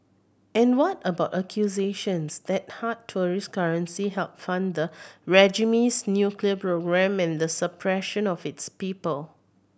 and what about accusations that hard tourist currency help fund the regime's nuclear program and the suppression of its people